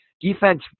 Defense